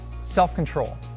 Self-control